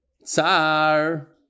Tsar